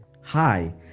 Hi